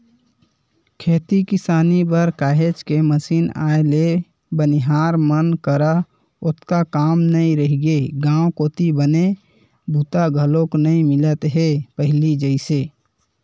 खेती किसानी बर काहेच के मसीन आए ले बनिहार मन करा ओतका काम नइ रहिगे गांव कोती बने बूता घलोक नइ मिलत हे पहिली जइसे